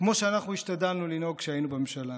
כמו שאנחנו השתדלנו לנהוג כשהיינו בממשלה,